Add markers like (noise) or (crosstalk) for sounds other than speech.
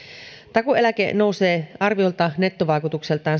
takuueläke nousee arviolta nettovaikutukseltaan (unintelligible)